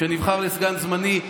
שנבחר לסגן זמני,